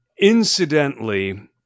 Incidentally